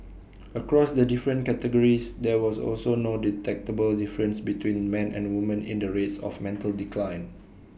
across the different categories there was also no detectable difference between man and woman in the rates of mental decline